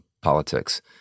politics